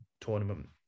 tournament